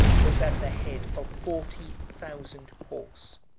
was at the head of forty thousand horse.